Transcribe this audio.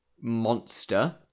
monster